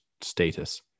status